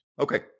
Okay